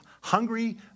hungry